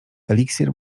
eliksir